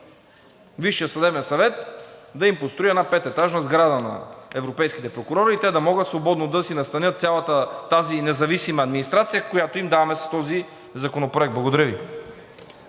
Висшият съдебен съвет да им построи една пететажна сграда на европейските прокурори и те да могат свободно да си настанят цялата тази независима администрация, която им даваме с този законопроект. Благодаря Ви.